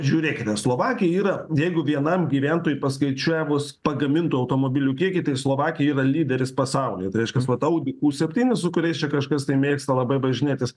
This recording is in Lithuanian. žiūrėkite slovakija yra jeigu vienam gyventojui paskaičiavus pagamintų automobilių kiekį tai slovakija yra lyderis pasaulyje tai reiškias vat audi septyni su kuriais kažkas mėgsta labai važinėtis